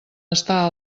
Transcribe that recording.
està